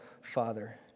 Father